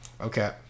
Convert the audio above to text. Okay